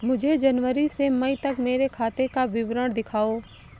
मुझे जनवरी से मई तक मेरे खाते का विवरण दिखाओ?